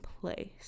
place